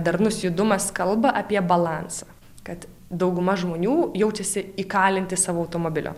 darnus judumas kalba apie balansą kad dauguma žmonių jaučiasi įkalinti savo automobilio